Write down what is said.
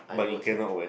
but you cannot wear